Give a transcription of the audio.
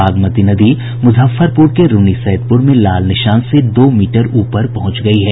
बागमती नदी मुजफ्फरपुर के रून्नीसैदपुर में लाल निशान से दो मीटर ऊपर पहुंच गयी है